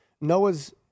Noah's